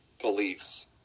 beliefs